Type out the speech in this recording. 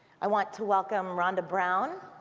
i want to welcome rhonda brown,